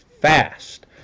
fast